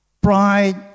Pride